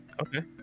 okay